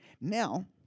Now